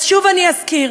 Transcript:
אז שוב אני אזכיר,